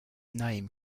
name